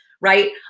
right